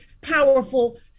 powerful